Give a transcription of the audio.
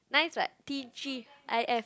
nice what T_G_I_F